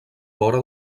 vora